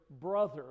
brother